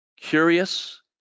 curious